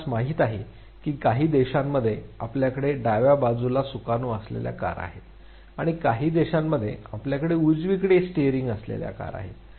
आपणास माहित आहे की काही देशांमध्ये आपल्याकडे डाव्या बाजूला सुकाणू असलेल्या कार आहेत आणि काही देशांमध्ये आपल्याकडे उजवीकडे स्टीयरिंगसह कार आहेत